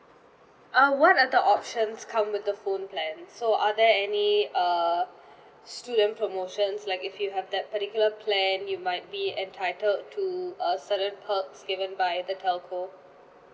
uh what are the options come with the phone plan so are there any err student promotions like if you have that particular plan you might be entitled to a certain perks given by the telco